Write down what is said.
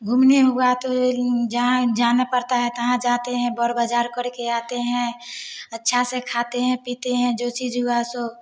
घूमने हुआ तो जहाँ जाना पड़ता है तहाँ जाते हैं बड़ बाजार करके आते हैं अच्छा से खाते हैं पीते हैं जो चीज हुआ सो